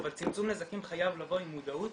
אבל צמצום נזקים חייב לבוא עם מודעות